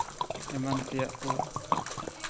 ᱮᱢᱟᱱ ᱛᱮᱭᱟᱜ ᱠᱚ